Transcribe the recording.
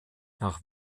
nach